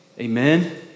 Amen